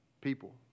people